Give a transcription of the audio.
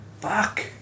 fuck